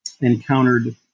encountered